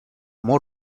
more